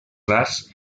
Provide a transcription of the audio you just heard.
rars